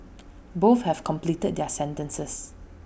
both have completed their sentences